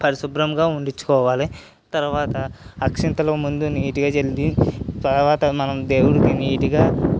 పరిశుభ్రంగా ఉంచుకోవాలి తరువాత అక్షింతలు ముందు నీట్గా చల్లి తరువాత మనం దేవునికి నీట్గా